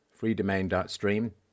freedomain.stream